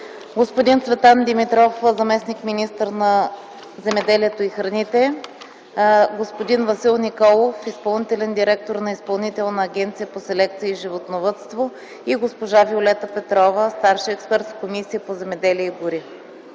господин Цветан Димитров – заместник-министър на земеделието и храните, господин Васил Николов – изпълнителен директор на Изпълнителна агенция по селекция и животновъдство, и госпожа Виолета Петрова – старши експерт в Комисията по земеделието и горите.